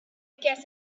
guess